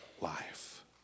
life